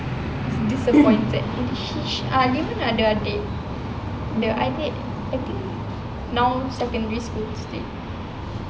disappointed she she ah dia pun ada adik the adik I think now secondary school still